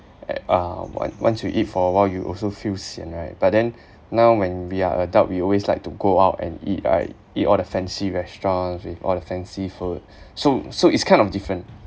eh uh on~ once you eat for a while you also feel sian right but then now when we are adult we always like to go out and eat right eat all the fancy restaurants with all the fancy food so so it's kind of different